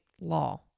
law